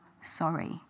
sorry